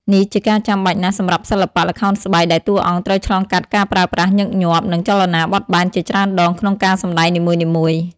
នេះជាការចាំបាច់ណាស់សម្រាប់សិល្បៈល្ខោនស្បែក ដែលតួអង្គត្រូវឆ្លងកាត់ការប្រើប្រាស់ញឹកញាប់ និងចលនាបត់បែនជាច្រើនដងក្នុងការសម្ដែងនីមួយៗ។